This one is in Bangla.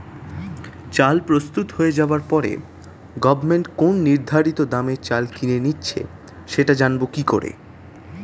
চাল প্রস্তুত হয়ে যাবার পরে গভমেন্ট কোন নির্ধারিত দামে চাল কিনে নিচ্ছে সেটা জানবো কি করে?